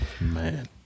man